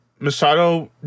Masato